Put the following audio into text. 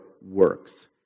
works